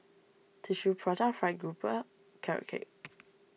Tissue Prata Fried Grouper Carrot Cake